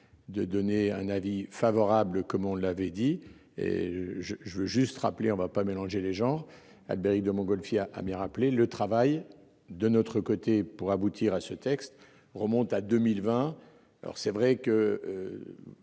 De donner un avis favorable, comme on l'avait dit et je je veux juste rappeler, on va pas mélanger les genres. Albéric de Montgolfier à Amiens rappelé le travail de notre côté pour aboutir à ce texte remonte à 2020. Alors c'est vrai que.